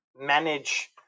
manage